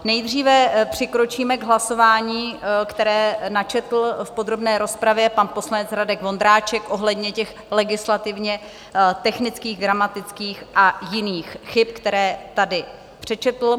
Nejdříve přikročíme k hlasování, které načetl v podrobné rozpravě pan poslanec Radek Vondráček, ohledně legislativně technických, gramatických a jiných chyb, které tady přečetl.